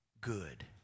good